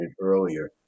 earlier